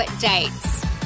dates